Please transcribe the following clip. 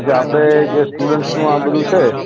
જે આપડે જે સ્ટુડન્ટસનું આ બધું છે